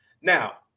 Now